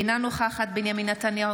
אינה נוכחת בנימין נתניהו,